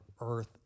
earth